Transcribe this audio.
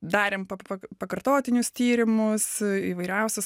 darėm pa pa pakartotinius tyrimus įvairiausius